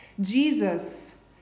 Jesus